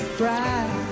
bright